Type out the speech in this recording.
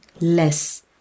less